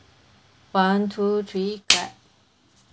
one two three clap